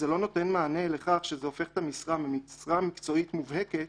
זה לא נותן מענה לכך שזה הופך את המשרה ממשרה מקצועית מובהקת